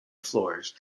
floors